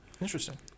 Interesting